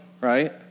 Right